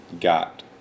got